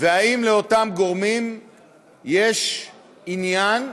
והאם לאותם גורמים יש עניין,